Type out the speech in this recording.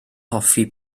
hoffi